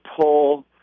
pull